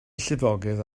llifogydd